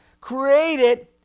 created